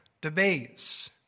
debates